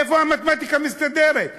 איך המתמטיקה מסתדרת?